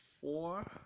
four